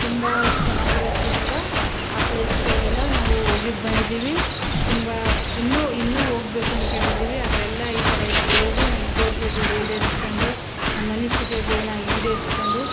ತುಂಬ ಚೆನ್ನಾಗಿರೋದ್ರಿಂದ ಆ ಪ್ಲೇಸ್ಗಳ್ಗೆಲ್ಲ ನಾವು ಹೋಗಿದ್ದು ಬಂದಿದ್ದೀವಿ ತುಂಬ ಇನ್ನೂ ಇನ್ನೂ ಹೋಗ್ಬೇಕು ಅಂದ್ಕೊಂಡಿದ್ದೀವಿ ಅಲ್ಲೆಲ್ಲ ಈ ಥರದ್ದು ಹೋಗಿ ನಮ್ಮ ಕೋರ್ಕೇಗಳು ಈಡೇರಿಸ್ಕೊಂಡು ನಮ್ಮ ಅನಿಸಿಕೆಗಳ್ನ ಈಡೇರಿಸ್ಕೊಂಡು